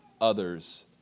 others